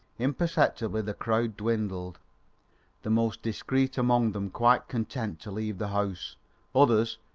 imperceptibly the crowd dwindled the most discreet among them quite content to leave the house others,